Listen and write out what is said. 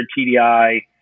TDI